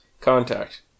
Contact